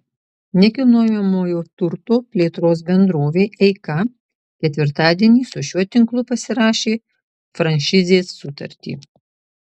nekilnojamojo turto plėtros bendrovė eika ketvirtadienį su šiuo tinklu pasirašė franšizės sutartį